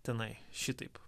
tenai šitaip